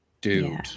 dude